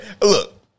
Look